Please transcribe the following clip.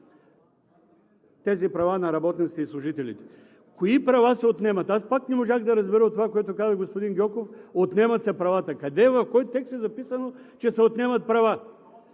тези права на работниците и служителите. Кои права се отнемат? Аз пак не можах да разбера това, което каза господин Гьоков – че се отнемат правата. Къде, в кой текст е записано, че се отнемат права?